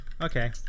okay